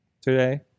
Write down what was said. today